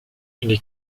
les